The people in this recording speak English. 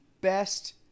best